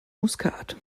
muskat